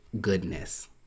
goodness